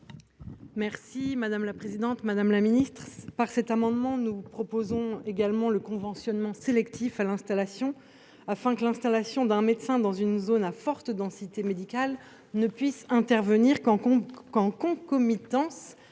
est à Mme Céline Brulin. Par cet amendement, nous proposons également un conventionnement sélectif à l’installation, de sorte que l’installation d’un médecin dans une zone à forte densité médicale ne puisse intervenir qu’en concomitance